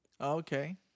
Okay